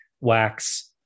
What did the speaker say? wax